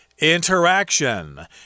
Interaction